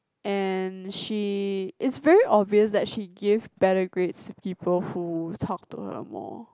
and she is very obvious that she give better grades to people who talk to her more